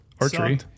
archery